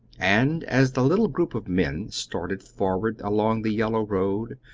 and as the little group of men started forward along the yellow road,